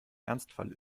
ernstfall